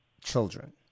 children